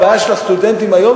הבעיה של הסטודנטים היום,